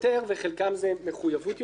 וחלקם זה מחויבות יותר גבוהה.